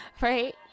Right